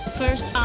first